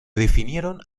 definieron